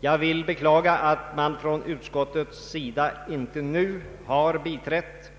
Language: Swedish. Jag vill beklaga att man från utskottets sida inte nu har biträtt